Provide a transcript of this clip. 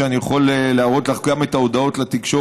ואני יכול להראות לך גם את ההודעות לתקשורת.